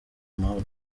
amahoro